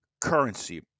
currency